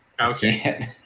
Okay